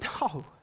No